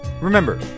remember